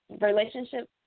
relationship